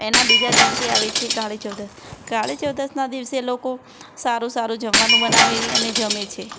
એનાં બીજા દિવસે આવે છે કાળી ચૌદસ કાળી ચૌદસના દિવસે લોકો સારું સારું જમવાનું બનાવી અને જમે છે